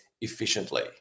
efficiently